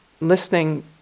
listening